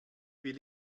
will